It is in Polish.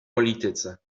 polityce